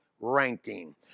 ranking